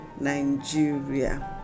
Nigeria